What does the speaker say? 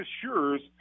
assures